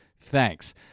Thanks